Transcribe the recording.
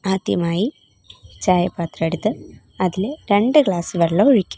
ആദ്യമായി ചായപ്പാത്രം എടുത്ത് അതിൽ രണ്ട് ഗ്ലാസ് വെള്ളം ഒഴിക്കും